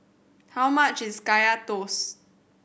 how much is Kaya Toast